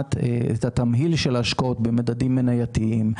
לדעת את התמהיל של ההשקעות במדדים מנייתיים,